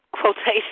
quotation